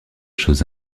chose